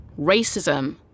racism